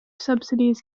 subsidies